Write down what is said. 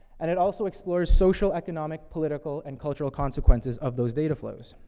and it also explores social, economic, political, and cultural consequences of those data flows.